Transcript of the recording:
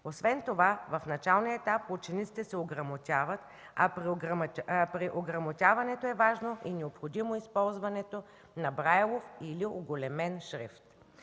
Освен това в началния етап учениците се ограмотяват, а при ограмотяването е важно и необходимо използването на брайлов или уголемен шрифт.